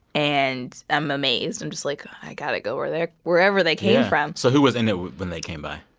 and i'm amazed. i'm just like, i got to go where they're wherever they came from yeah, so who was in it when they came by